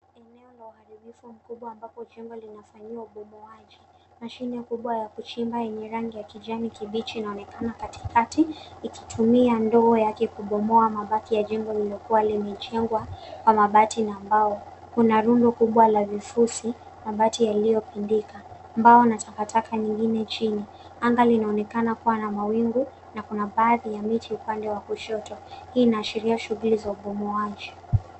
Eneo la uharibifu mkubwa ambapo jengo linafanyiwa ubomoaji , Mashini kubwa ya kuchimba yenye rangi ya kijani kibichi inaonekana katikati ikitumia ndoo yake kubomoa mabaki ya jengo lilo kuwa limejengwa kwa mabati na mbao ,kuna rundu kubwa la vifusi mabati yaliyo pindika ,mbao na takataka nyingine chini anga inaonekana kuwa na mawingu na kuna baadhi ya miti upande wa kushoto hii inaashiria shughuli za ubomoaji.